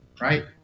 right